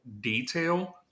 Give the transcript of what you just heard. detail